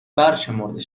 برشمرده